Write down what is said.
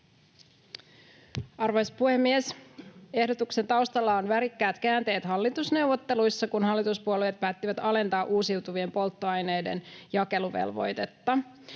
Arvoisa puhemies! Ehdotuksen taustalla ovat värikkäät käänteet hallitusneuvotteluissa, kun hallituspuolueet päättivät alentaa uusiutuvien polttoaineiden jakeluvelvoitetta.